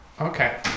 Okay